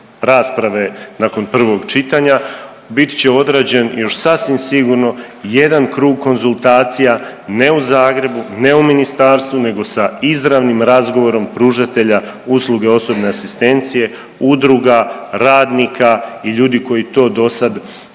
rasprave nakon prvog čitanja bit će odrađen još sasvim sigurno jedan krug konzultacija, ne u Zagrebu, ne u ministarstvu nego sa izravnim razgovorom pružatelja usluge osobne asistencija, udruga radnika i ljudi koji to dosad